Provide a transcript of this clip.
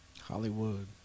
Hollywood